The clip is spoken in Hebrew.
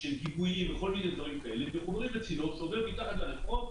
של קיבועים וכל מיני דברים כאלה ומחוברים לצינור שעובר מתחת לרחוב.